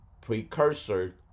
precursor